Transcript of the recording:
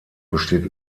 besteht